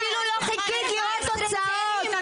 את אפילו לא חיכית לראות תוצאות.